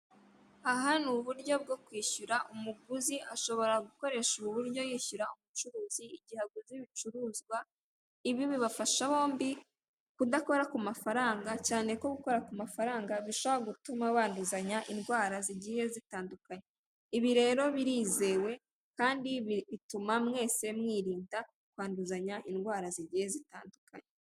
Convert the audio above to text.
Aha ni uburyo bwo kwishyura umuguzi ashobora gukoresha ub'uburyo yishyura umucuruzi igihe aguze ibicuruzwa, ibi bibafasha bombi kudakora ku amafaranga, cyane ko gukora ku amafaranga bishobora gutuma banduzanya indwara zigiye zitandukanye. Ibi rero birizewe kandi bituma mwese mwirinda kwanduzanya, indwara zigiye zitandukanye.